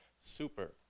Super